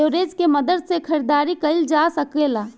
leverage के मदद से खरीदारी कईल जा सकेला